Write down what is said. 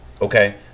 okay